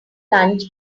lunch